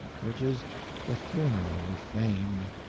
which is the funeral of fame.